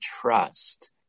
trust